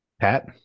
Pat